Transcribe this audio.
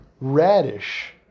radish